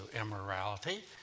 immorality